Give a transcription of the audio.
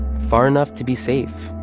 far enough to be safe,